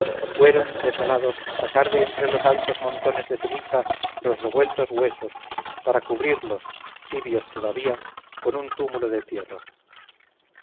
fueron desolados a sacar de entre los altos montones de ceniza los revueltos huesos para cubrirlos tibios todavía con un túmulo de tierra